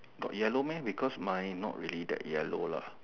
got yellow meh because mine not really that yellow lah